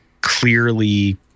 clearly